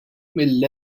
mill